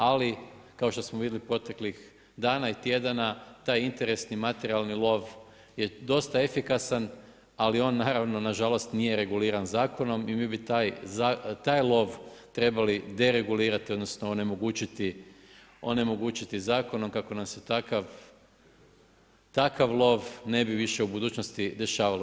Ali kao što smo vidjeli proteklih dana i tjedana taj interesni materijalni lov je dosta efikasan, ali on na žalost nije reguliran zakonom i mi bi taj lov trebali deregulirati, odnosno onemogućiti zakonom kako nam se takav lov ne bi više u budućnosti dešavao.